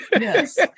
Yes